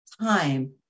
time